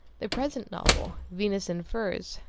the present novel, venus in furs,